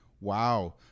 wow